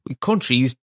countries